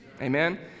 amen